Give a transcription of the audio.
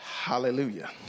Hallelujah